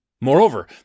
Moreover